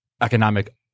economic